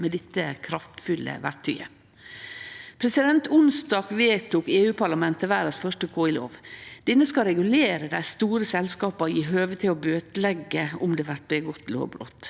med dette kraftfulle verktøyet. Onsdag vedtok EU-parlamentet verdas første KIlov. Lova skal regulere dei store selskapa i høve til å bøteleggje om det blir gjort lovbrot.